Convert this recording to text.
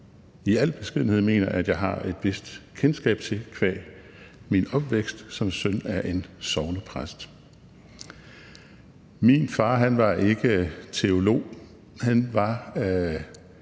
i al beskedenhed mener at jeg har et vist kendskab til qua min opvækst som søn af en sognepræst. Min far var ikke teolog. Han var